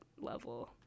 level